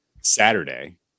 Saturday